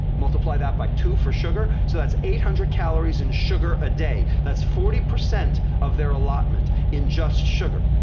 multiply that by two for sugar, so that's eight hundred calories in sugar a day. that's forty percent of their allotment in just sugar.